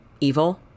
evil